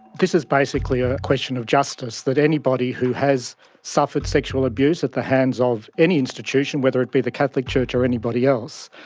this is basically a question of justice, that anybody who has suffered sexual abuse at the hands of any institution, whether it be the catholic church or anybody else,